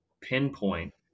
pinpoint